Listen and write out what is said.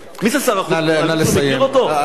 מי זה שר החוץ, מישהו מכיר?